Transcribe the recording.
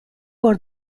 بار